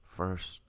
first